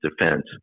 defense